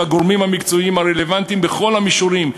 הגורמים המקצועיים הרלוונטיים בכל המישורים,